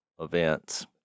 events